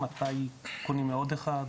מתי קונים מעוד אחד?